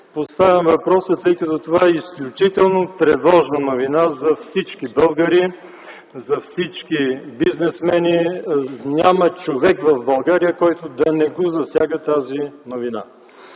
Поставям въпроса, тъй като това е изключително тревожна новина за всички българи, за всички бизнесмени. Няма човек в България, който да не го засяга тази новина.